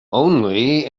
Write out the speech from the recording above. only